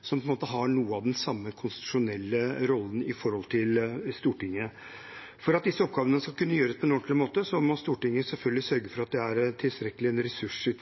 som på en måte har noe av den samme konstitusjonelle rollen i forhold til Stortinget. For at disse oppgavene skal kunne gjøres på en ordentlig måte, må Stortinget selvfølgelig sørge for at de har tilstrekkelig med ressurser